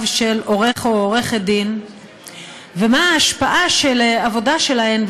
של עורך או עורכת דין ומה ההשפעה של העבודה שלהם,